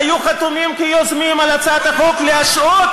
היו חתומים כיוזמים על הצעת החוק להשעות,